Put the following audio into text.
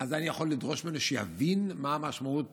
אז אני יכול לדרוש ממנו שיבין מה המשמעות